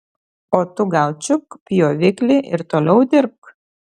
o tu gal čiupk pjoviklį ir toliau dirbk